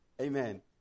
Amen